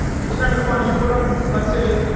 it's kind of fun. you put up, let's say,